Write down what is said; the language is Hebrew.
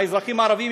האזרחים הערבים,